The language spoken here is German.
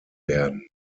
werden